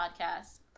podcast